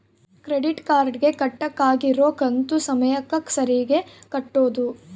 credit card ಗೆ ಕಟ್ಬಕಾಗಿರೋ ಕಂತು ಸಮಯಕ್ಕ ಸರೀಗೆ ಕಟೋದು